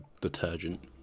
detergent